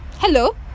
Hello